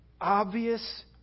obvious